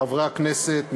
חברי הכנסת,